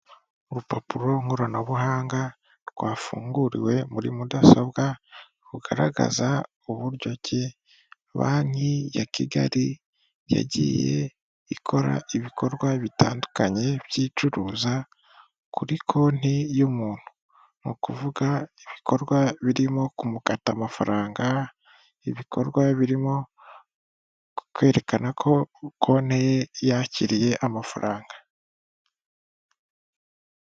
Urupapuro nkoranabuhanga rwafunguriwe muri mudasobwa rugaragaza uburyo ki banki ya Kigali yagiye ikora ibikorwa bitandukanye by'icuruza kuri konti y'umuntu. Ni ukuvuga ibikorwa birimo kumukata amafaranga, ibikorwa birimo kwerekana ko konti ye yakiriye amafaranga.